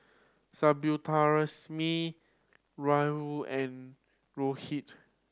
Subbulakshmi Rahul and Rohit